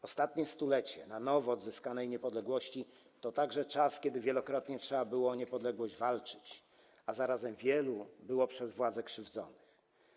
Ostatnie stulecie na nowo odzyskanej niepodległości to także czas, kiedy wielokrotnie trzeba było o niepodległość walczyć, a zarazem wielu było przez władzę krzywdzonych.